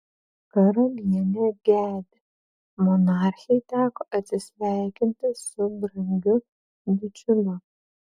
karalienė gedi monarchei teko atsisveikinti su brangiu bičiuliu